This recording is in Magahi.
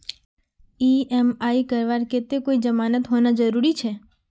ई.एम.आई करवार केते कोई जमानत होना जरूरी छे?